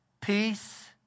Peace